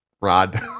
Rod